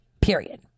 period